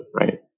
right